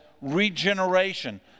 regeneration